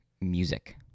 music